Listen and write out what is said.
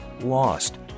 lost